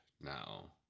now